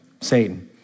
Satan